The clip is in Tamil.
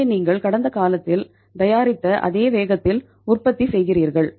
எனவே நீங்கள் கடந்த காலத்தில் தயாரித்த அதே வேகத்தில் உற்பத்தி செய்கிறீர்கள்